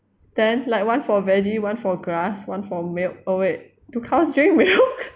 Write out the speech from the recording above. then like one for veggie one for grass one for milk oh wait do cows drink milk